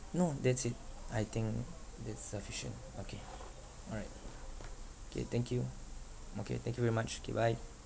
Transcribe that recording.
no that's it I think that's sufficient okay all right K thank you mm okay thank you very much okay bye